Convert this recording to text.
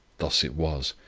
thus it was.